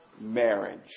marriage